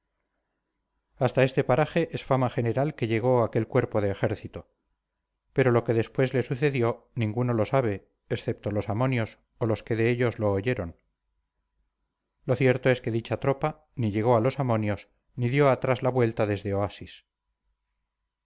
hasta este paraje es fama general que llegó aquel cuerpo de ejército pero lo que después le sucedió ninguno lo sabe excepto los amonios o los que de ellos lo oyeron lo cierto es que dicha tropa ni llegó a los amonios ni dio atrás la vuelta desde oasis